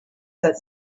that